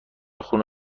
خون